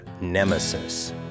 nemesis